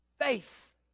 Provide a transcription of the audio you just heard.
faith